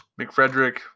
McFrederick